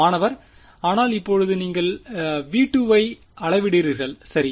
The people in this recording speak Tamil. மாணவர் ஆனால் இப்போது நீங்கள் V2 ஐ அளவிடுகிறீர்கள் சரி